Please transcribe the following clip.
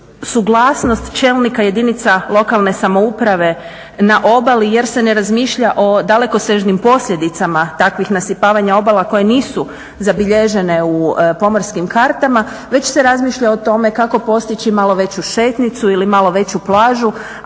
suglasnost čelnika jedinica lokalne samouprave na obali jer se ne razmišlja o dalekosežnim posljedicama takvih nasipavanja obala koje nisu zabilježene u pomorskim kartama, već se razmišlja o tome kako postići malo veću šetnicu ili malo veću plažu